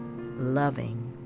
Loving